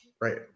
right